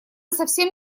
совсем